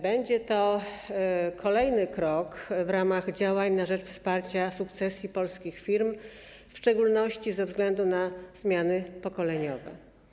Będzie to kolejny krok w ramach działań na rzecz wsparcia sukcesji polskich firm, w szczególności ze względu na zmiany pokoleniowe.